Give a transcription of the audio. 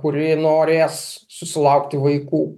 kuri norės susilaukti vaikų